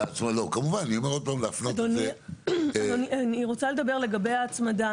אני רוצה לדבר לגבי ההצמדה.